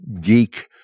geek